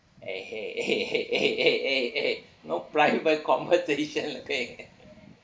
!hey! !hey! !hey! !hey! !hey! !hey! !hey! !hey! eh eh no private conversation okay